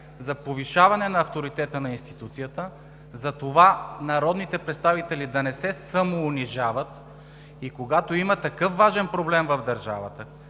за повишаване авторитета на институцията, за това народните представители да не се самоунижават и когато има такъв важен проблем в държавата,